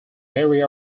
area